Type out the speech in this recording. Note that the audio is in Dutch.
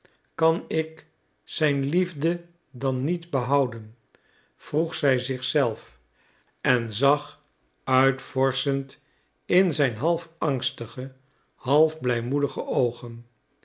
kan ik zijn liefde dan niet behouden vroeg zij zich zelf en zag uitvorschend in zijn half angstige half blijmoedige oogen